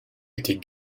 était